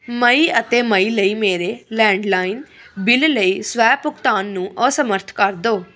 ਮਈ ਅਤੇ ਮਈ ਲਈ ਮੇਰੇ ਲੈਂਡਲਾਈਨ ਬਿੱਲ ਲਈ ਸਵੈ ਭੁਗਤਾਨ ਨੂੰ ਅਸਮਰੱਥ ਕਰ ਦਿਓ